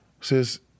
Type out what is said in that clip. says